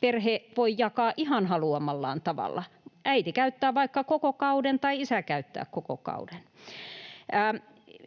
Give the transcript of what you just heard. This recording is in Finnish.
perhe voi jakaa ihan haluamallaan tavalla? Äiti käyttää vaikka koko kauden, tai isä käyttää koko kauden.